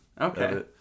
Okay